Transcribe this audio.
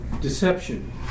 deception